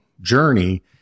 journey